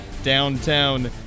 downtown